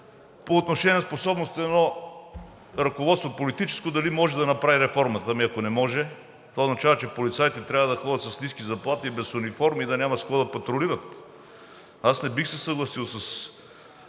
по отношение на способностите на едно политическо ръководство дали може да направи реформата. Ами ако не може?! Това означава, че полицаите трябва да ходят с ниски заплати, без униформи и да няма с какво да патрулират. Аз не бих се съгласил с